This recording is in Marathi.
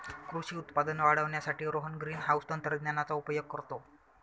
कृषी उत्पादन वाढवण्यासाठी रोहन ग्रीनहाउस तंत्रज्ञानाचा उपयोग करतो